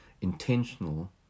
intentional